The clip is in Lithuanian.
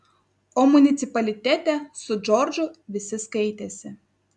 o municipalitete su džordžu visi skaitėsi